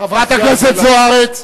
חברת הכנסת זוארץ,